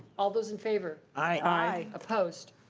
all those in favor? aye. opposed?